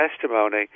testimony